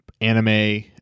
anime